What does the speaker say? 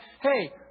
Hey